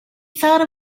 thought